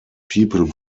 people